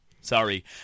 Sorry